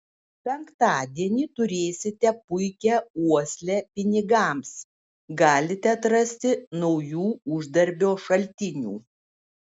penktadienį turėsite puikią uoslę pinigams galite atrasti naujų uždarbio šaltinių